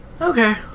Okay